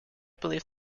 believe